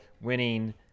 winning –